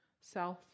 south